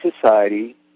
society